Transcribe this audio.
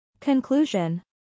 Conclusion